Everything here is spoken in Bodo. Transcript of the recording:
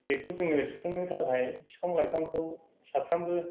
बेखौ जोङो सुफुंनो थाखाय बिफां लाइफांखौ साफ्रामबो